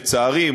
לצערי,